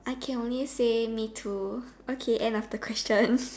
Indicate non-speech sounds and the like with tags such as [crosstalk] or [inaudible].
I can only say me too okay end of the question [noise]